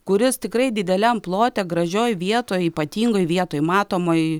kuris tikrai dideliam plote gražioje vietoje ypatingoje vietoj matomoje